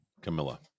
Camilla